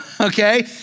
Okay